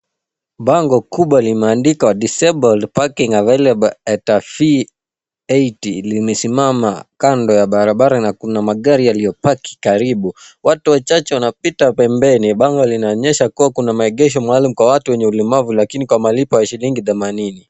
Bango kubwa limeandikwa, disabled parking available at a fee eighty, limesimama kando ya barabara na kuna magari yaliyopaki karibu. Watu wachache wanapita pembeni. Bango linaonyesha kuwa kuna maegesho maalum kwa watu wenye ulemavu lakini kwa malipo ya shilingi themanini.